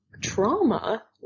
trauma